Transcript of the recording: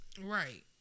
Right